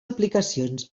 aplicacions